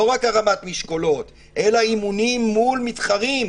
לא רק הרמת משקולות, אלא אימונים מול מתחרים.